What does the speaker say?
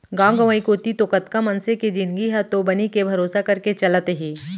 गांव गंवई कोती तो कतका मनसे के जिनगी ह तो बनी के भरोसा करके चलत हे